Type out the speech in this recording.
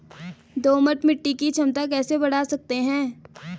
दोमट मिट्टी की क्षमता कैसे बड़ा सकते हैं?